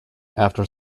after